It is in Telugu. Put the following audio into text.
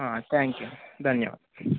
థ్యాంక్ యూ ధన్యవాదాలు